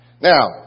Now